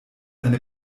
eine